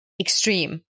extreme